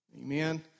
Amen